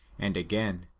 and again,